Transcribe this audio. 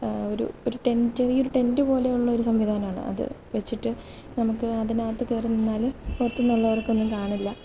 ഒരു ടെൻറ്റ് ചെറിയൊരു ടെൻറ്റ് പോലെയുള്ള ഒരു സംവിധാനമാണ് അതു വെച്ചിട്ട് നമുക്ക് അതിനകത്തു കയറി നിന്നാൽ പുറത്തുനിന്നുള്ളവർക്ക് ഒന്നും കാണില്ല